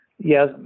yes